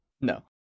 No